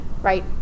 right